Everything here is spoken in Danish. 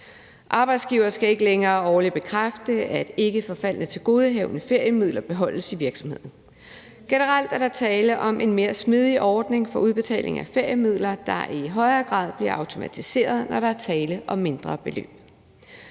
Arbejdsgivere skal ikke længere årligt bekræfte, at ikke forfaldne tilgodehavende feriemidler beholdes i virksomheden. Generelt er der tale om en mere smidig ordning for udbetaling af feriemidler, der i højere grad bliver automatiseret, når der er tale om mindre beløb.